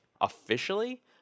officially